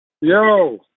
Yo